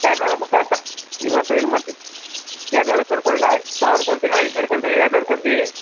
ಎರಡು ನೂರು ರೂಪಾಯಿ ಕೊಡಪ್ಪ ಇವತ್ತು ಇದು ಮಾಡ್ತಿ ಎರಡು ನೂರು ರೂಪಾಯಿ ಆರ ಕೊಡಿಲ್ಲ ಅಯ್ ಸಾವಿರ ಕೊಡ್ತಿನೋ ಐದ್ನೂರು ಕೊಡ್ತಿ ಎರಡು ನೂರು ಕೊಡ್ತೀ